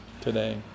today